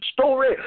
story